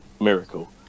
miracle